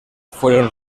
fueron